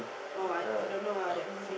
oh I I don't know ah that movie